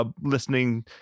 Listening